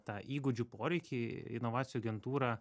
tą įgūdžių poreikį inovacijų agentūra